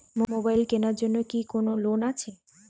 Mobile কেনার জন্য কি কোন লোন আছে?